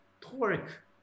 torque